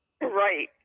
Right